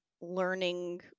learning